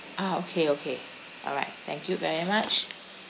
ah okay okay alright thank you very much